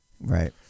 Right